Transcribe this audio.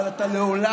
אבל אתה לעולם